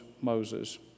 Moses